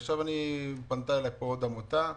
אבל עכשיו פנתה אלי עוד עמותה,